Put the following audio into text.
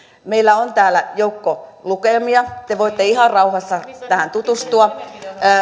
meillä on täällä joukko lukemia te voitte ihan rauhassa tähän tutustua